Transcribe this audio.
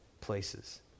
places